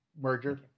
merger